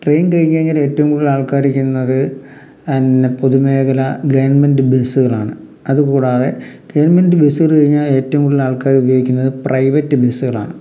train കഴിഞ്ഞു കഴിഞ്ഞാൽ ഏറ്റവും കൂടുൽ ആൾക്കാർ ഇരിക്കുന്നത് പൊതുമേഖല ഗവൺമെൻറ് ബസ്സുകളാണ് അത് കൂടാതെ ഗവൺമെൻറ് ബസ്സുകൾ കഴിഞ്ഞാൽ ഏറ്റവും കൂടുതൽ ആൾക്കാർ ഉപയോഗിക്കുന്നത് പ്രൈവറ്റ് ബസ്സുകളാണ്